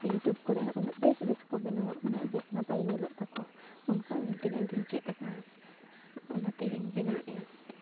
YouTube ᱠᱚᱨᱮᱱ ᱩᱱᱟᱹᱜ ᱵᱮᱥ ᱵᱮᱥ ᱠᱚ ᱵᱮᱱᱟᱣᱟ ᱩᱱᱟᱹᱜ ᱵᱮᱥ ᱱᱟᱯᱟᱭ ᱧᱮᱞᱚᱜ ᱛᱟᱠᱚᱣᱟ ᱩᱱᱠᱚᱣᱟᱜ ᱧᱮᱞ ᱛᱮᱜᱮ ᱤᱧᱫᱚᱧ ᱪᱮᱫ ᱟᱠᱟᱫᱼᱟ ᱚᱱᱟ ᱛᱮᱜᱮᱧ ᱵᱮᱱᱟᱣ ᱮᱫᱟ